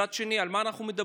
מצד שני, על מה אנחנו מדברים?